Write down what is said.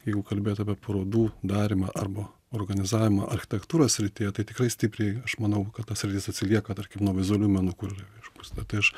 jeigu kalbėt apie parodų darymą arba organizavimą architektūros srityje tai tikrai stipriai aš manau kad ta sritis atsilieka tarkim nuo vizualių menų kur išpūsta tai aš